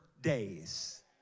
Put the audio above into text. days